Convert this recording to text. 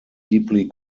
deeply